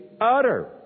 utter